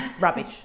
rubbish